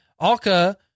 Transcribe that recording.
Alka